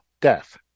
death